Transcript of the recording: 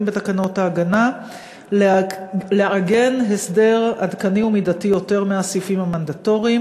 בתקנות ההגנה ולעגן הסדר עדכני ומידתי יותר מהסעיפים המנדטוריים.